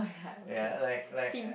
ya like like